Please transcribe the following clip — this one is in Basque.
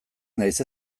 naiz